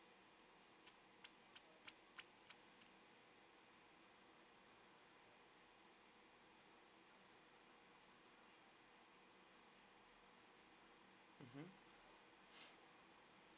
mmhmm